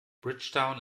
bridgetown